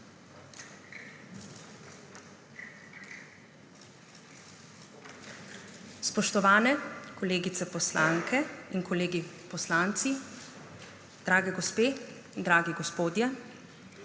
Spoštovani kolegice poslanke in kolegi poslanci, drage gospe, dragi gospodje!